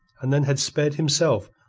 and then had sped, himself,